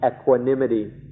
equanimity